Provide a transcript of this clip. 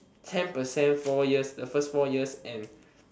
ten percent four years the first four years and